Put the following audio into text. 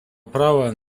права